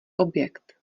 objekt